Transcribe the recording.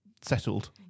settled